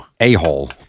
a-hole